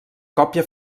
còpia